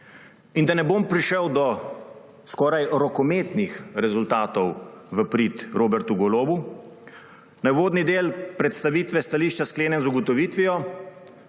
In da ne bom prišel do skoraj rokometnih rezultatov v prid Robertu Golobu, naj uvodni del predstavitve stališča sklenem z ugotovitvijo,